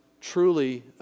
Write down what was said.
truly